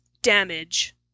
damage